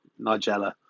Nigella